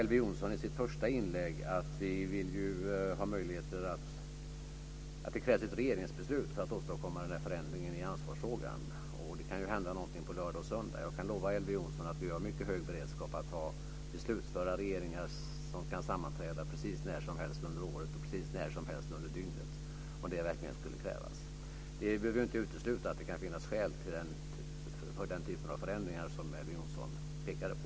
Elver Jonsson sade i sitt första inlägg att det krävs ett regeringsbeslut för att åstadkomma förändringen i ansvarsfrågan. Det kan hända någonting på lördag eller söndag. Jag kan lova Elver Jonsson att vi har mycket hög beredskap att ha beslutsföra regeringar som kan sammanträda precis när som helst under året och precis när som helst under dygnet - om det verkligen skulle krävas. Det behöver inte utesluta att det kan finnas skäl för den typen av förändringar som Elver Jonsson pekar på.